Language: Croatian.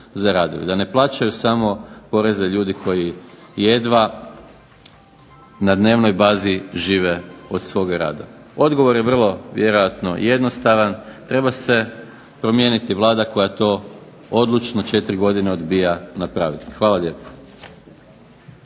da ne plaćaju samo poreze ljudi koji jedva na dnevnoj bazi žive od svog rada. Odgovor je vrlo vjerojatno jednostavan, treba se promijeniti Vlada koja to odlučno 4 godine odbija napraviti. Hvala lijepo.